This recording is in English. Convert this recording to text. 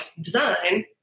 design